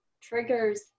triggers